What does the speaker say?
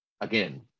again